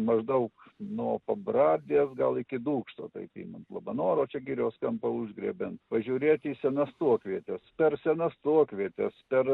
maždaug nuo pabradės gal iki dūkšto taip imant labanoro čia girios kampą užgriebiant pažiūrėti į senas tuokvietes per senas tuokvietes per